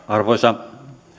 arvoisa